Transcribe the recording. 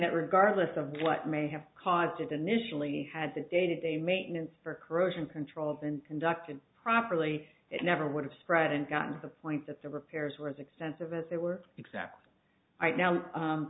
that regardless of what may have caused it initially had the day to day maintenance for corrosion control then conducted properly it never would have spread and gotten to the point that the repairs were as extensive as they were exactly right now